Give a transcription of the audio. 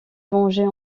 venger